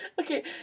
Okay